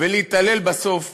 ולהתעלל בסוף